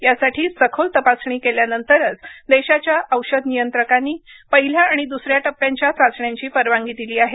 यासाठी सखोल तपासणी केल्यानंतरच देशाच्या औषध नियंत्रकांनी पहिल्या आणि दुसऱ्या टपप्यांच्या चाचण्यांची परवानगी दिली आहे